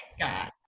God